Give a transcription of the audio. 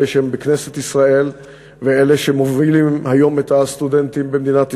אלה שהם בכנסת ישראל ואלה שמובילים היום את הסטודנטים במדינת ישראל,